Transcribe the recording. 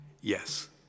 yes